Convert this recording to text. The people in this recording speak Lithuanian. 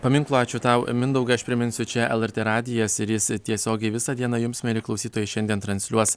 paminklo ačiū tau mindaugai aš priminsiu čia lrt radijas ir jis tiesiogiai visą dieną jums mieli klausytojai šiandien transliuos